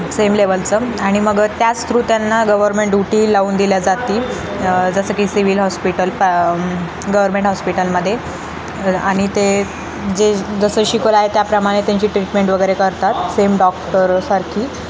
same लेव्हलचं आणि मग त्याच थ्रू त्यांना गव्हर्मेंट ड्युटी लावून दिल्या जातील जसं की सिव्हल हॉस्पिटल गव्हर्मेंट हॉस्पिटलमध्ये आणि ते जे जसं शिकलं आहे त्याप्रमाणे त्यांची ट्रीटमेंट वगैरे करतात सेम डॉक्टरसारखी